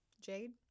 Jade